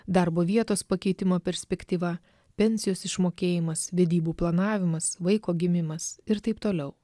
darbo vietos pakeitimo perspektyva pensijos išmokėjimas vedybų planavimas vaiko gimimas ir taip toliau